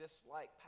dislike